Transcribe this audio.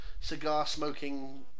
cigar-smoking